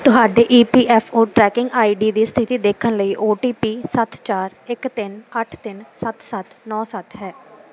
ਤੁਹਾਡੇ E P F O tracking ID ਦੀ ਸਥਿਤੀ ਦੇਖਣ ਲਈ ਓ ਟੀ ਪੀ ਸੱਤ ਚਾਰ ਇੱਕ ਤਿੰਨ ਅੱਠ ਤਿੰਨ ਸੱਤ ਸੱਤ ਨੌਂ ਸੱਤ ਹੈ